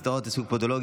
הסדרת העיסוק בפודולוגיה),